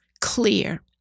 Clear